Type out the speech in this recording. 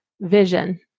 vision